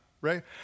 right